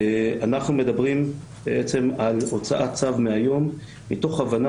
אנחנו מדברים על הוצאת צו מהיום מתוך הבנה